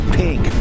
pink